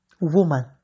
Woman